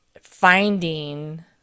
finding